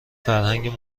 فرهنگ